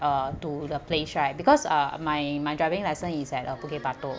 uh to the place right because uh my my driving lesson is at uh bukit batok